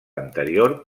anterior